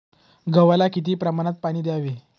गव्हाला किती प्रमाणात पाणी द्यावे?